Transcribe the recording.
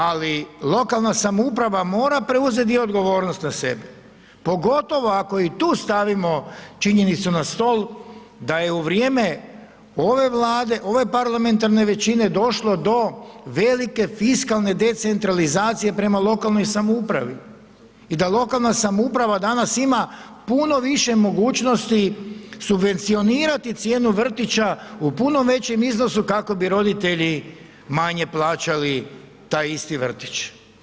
Ali, lokalna samouprava mora preuzeti dio odgovornosti na sebe pogotovo ako i tu stavimo činjenicu na stol da je u vrijeme ove Vlade, ove parlamentarne većine došlo do velike fiskalne decentralizacije prema lokalnoj samoupravi i da lokalna samouprava danas ima puno više mogućnosti subvencionirati cijenu vrtića u puno većem iznosu kako bi roditelji manje plaćali taj isti vrtić.